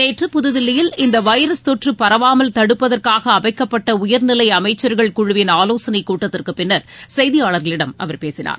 நேற்று புதுதில்லியில் இந்த வைரஸ் தொற்று பரவாமல் தடுப்பதற்கான அமைக்கப்பட்ட உயர்நிலை அமைச்சர்கள் குழுவின் ஆலோசைனக் கூட்டத்திற்குப் பின்னர் செய்தியாளர்களிடம் அவர் பேசினார்